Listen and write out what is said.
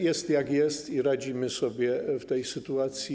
Jest, jak jest, radzimy sobie w tej sytuacji.